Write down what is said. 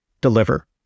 deliver